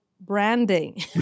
branding